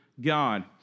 God